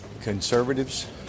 Conservatives